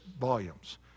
volumes